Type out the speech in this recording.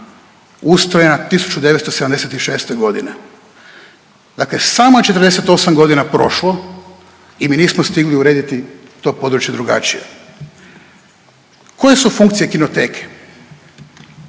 ustrojena 1976.g.. Dakle, samo je 48 godina prošlo i mi nismo stigli urediti to područje drugačije. Koje su funkcije kinoteke?